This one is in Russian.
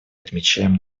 отмечаем